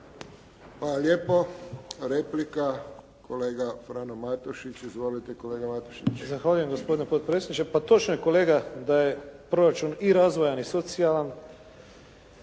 lijepo. Replika, kolega Frano Matušić. Izvolite, kolega Matušić. **Matušić, Frano (HDZ)** Zahvaljujem gospodine potpredsjedniče. Pa točno je kolega da je proračun i razvojan i socijalan.